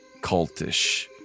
cultish